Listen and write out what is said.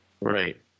Right